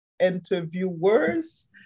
interviewers